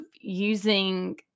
using